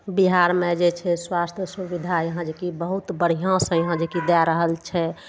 बिहारमे जे छै स्वास्थ सुविधा यहाँ जेकि बहुत बढ़िआँसँ यहाँ जेकि दए रहल छै